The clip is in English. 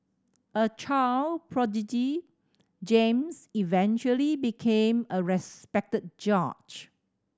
a child prodigy James eventually became a respected judge